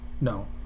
No